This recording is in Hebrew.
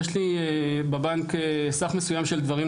יש לי בבנק סך מסוים של דברים,